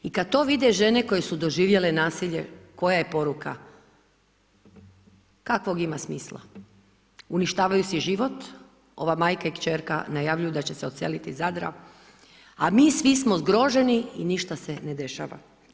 I kad to vide žene koje su doživjele nasilje, koja je poruka, kakvog ima smisla, uništavaju si život, ova majka i kćerka najavljuju da će se odseliti iz Zadra, a mi svi smo zgroženi i ništa se ne dešava.